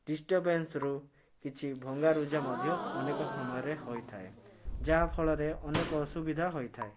ଡିଷ୍ଟବାନ୍ସରୁ କିଛି ଭଙ୍ଗାରୁଜା ମଧ୍ୟ ଅନେକ ସମୟରେ ହୋଇଥାଏ ଯାହାଫଳରେ ଅନେକ ଅସୁବିଧା ହୋଇଥାଏ